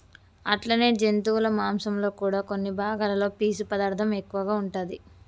అట్లనే జంతువుల మాంసంలో కూడా కొన్ని భాగాలలో పీసు పదార్థం ఎక్కువగా ఉంటాది